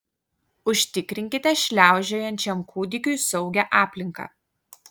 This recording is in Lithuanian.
užtikrinkite šliaužiojančiam kūdikiui saugią aplinką